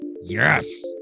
yes